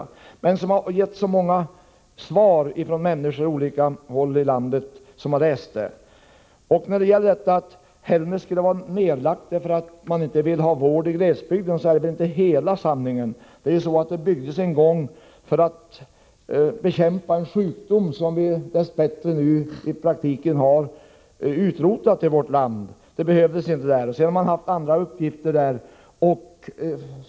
Men denna läkares artikel har föranlett många reaktioner från människor på olika håll i landet som har läst artikeln. Att Hällnäs sjukhem skulle vara nedlagt därför att man inte vill ha vård i glesbygden är inte hela sanningen. Sjukhemmet byggdes en gång för att bekämpa en sjukdom som vi dess bättre i praktiken har utrotat i vårt land. Sjukhemmet behövs inte mer för den uppgiften, och det har därför haft andra uppgifter.